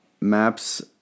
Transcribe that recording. MAPS